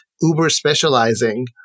uber-specializing